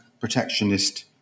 protectionist